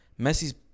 Messi's